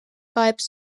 pipes